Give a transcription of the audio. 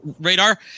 radar